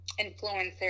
influencers